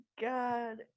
god